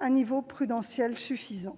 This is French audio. un niveau prudentiel suffisant.